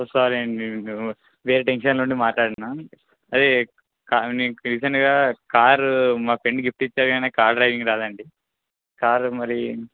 సారి అండి వేరే టెన్షన్లో ఉండి మాట్లాడేను అదే మీకు రీసెంట్గా కారు మా ఫ్రెండ్ గిఫ్ట్ ఇచ్చారు కానీ నాకు కార్ డ్రైవింగ్ రాదండి కారు మరి